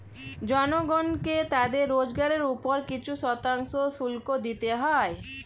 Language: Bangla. জনগণকে তাদের রোজগারের উপর কিছু শতাংশ শুল্ক দিতে হয়